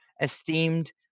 esteemed